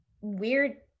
weird